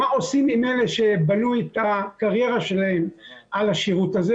מה עושים עם אלה שבנו את הקריירה שלהם על השירות הזה